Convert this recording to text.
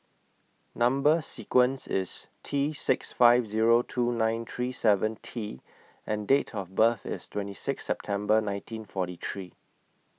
Number sequence IS T six five Zero two nine three seven T and Date of birth IS twenty six September nineteen forty three